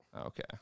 Okay